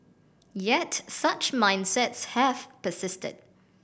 yet such mindsets have persisted